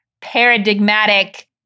paradigmatic